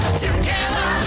together